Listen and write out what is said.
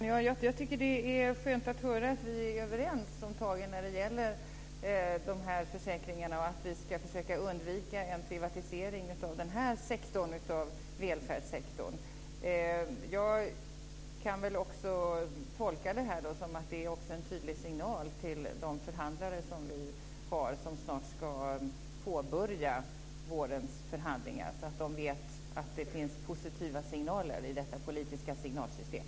Fru talman! Jag tycker att det är skönt att höra att vi är överens om tagen när det gäller de här försäkringarna och att vi ska försöka undvika en privatisering av den här delen av välfärdssektorn. Jag kan väl också tolka det här som att det är en tydlig signal till de förhandlare som snart ska påbörja vårens förhandlingar så att de vet att det finns positiva signaler i detta politiska signalsystem.